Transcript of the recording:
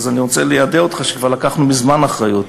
אני רוצה ליידע אותך שכבר לקחנו מזמן אחריות.